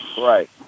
right